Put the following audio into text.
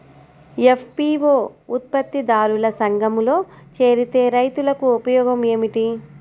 FPO ఉత్పత్తి దారుల సంఘములో చేరితే రైతులకు ఉపయోగము ఏమిటి?